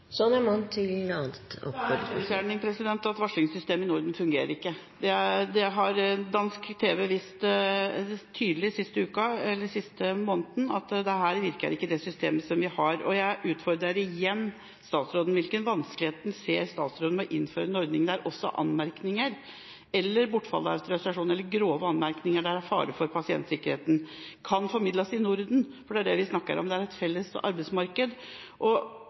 at varslingssystemet i Norden ikke fungerer. Dansk tv har den siste måneden vist tydelig at det systemet vi har, ikke virker. Jeg utfordrer igjen statsråden: Hvilke vanskeligheter ser statsråden med å innføre en ordning der også anmerkninger, bortfall av autorisasjon eller grove anmerkninger der det er fare for pasientsikkerheten, kan formidles i Norden? Vi snakker om et felles arbeidsmarked. Kan vi